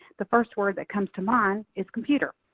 the first word that comes to mind is computer.